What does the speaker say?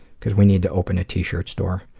cause we need to open a t-shirt store.